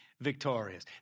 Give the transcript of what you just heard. victorious